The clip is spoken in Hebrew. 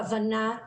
כוונת